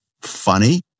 funny